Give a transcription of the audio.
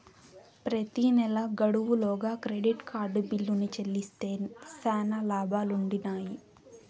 ప్రెతి నెలా గడువు లోగా క్రెడిట్ కార్డు బిల్లుని చెల్లిస్తే శానా లాబాలుండిన్నాయి